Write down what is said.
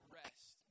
rest